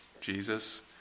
Jesus